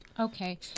Okay